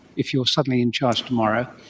if you are suddenly in charge tomorrow,